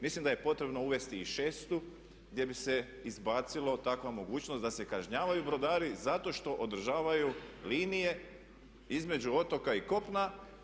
Mislim da je potrebno uvesti i šestu gdje bi se izbacila takva mogućnost da se kažnjavaju brodari zato što održavaju linije između otoka i kopna.